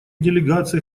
делегация